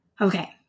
Okay